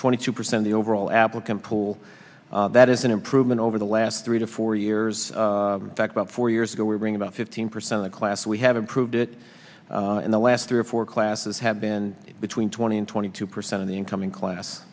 twenty two percent the overall applicant pool that is an improvement over the last three to four years back about four years ago we bring about fifteen percent of class we have improved it in the last three or four classes have been between twenty and twenty two percent of the incoming class